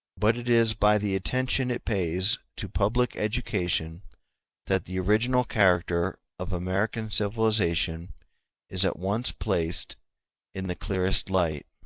but it is by the attention it pays to public education that the original character of american civilization is at once placed in the clearest light.